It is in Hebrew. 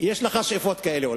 יש לך אולי שאיפות כאלה.